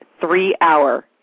three-hour